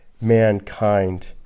mankind